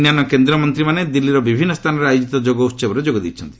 ଅନ୍ୟାନ୍ୟ କେନ୍ଦ୍ରମନ୍ତ୍ରୀମାନେ ଦିଲ୍ଲୀର ବିଭିନ୍ନ ସ୍ଥାନରେ ଆୟୋଜିତ ଯୋଗ ଉସବରେ ଯୋଗ ଦେଇଛନ୍ତି